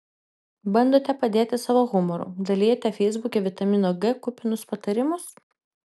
bandote padėti savo humoru dalijate feisbuke vitamino g kupinus patarimus